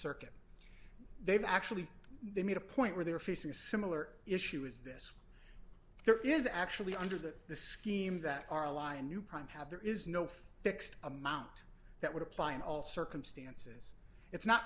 circuit they've actually they made a point where they are facing a similar issue is this there is actually under that scheme that our ally in new prime have there is no fixed amount that would apply in all circumstances it's not